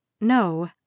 No